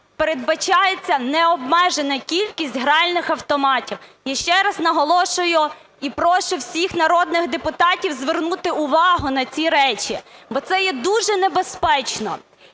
передбачається необмежена кількість гральних автоматів. Я ще раз наголошую і прошу всіх народних депутатів звернути увагу на ці речі, бо це є дуже небезпечно.